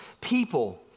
people